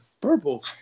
Purple